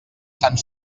sant